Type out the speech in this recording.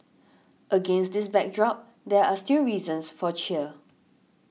against this backdrop there are still reasons for cheer